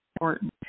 important